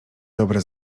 dobre